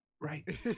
Right